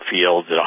fields